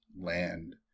land